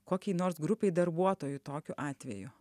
kokiai nors grupei darbuotojų tokiu atveju